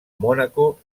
mònaco